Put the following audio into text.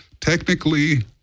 Technically